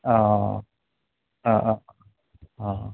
अ अ अ अ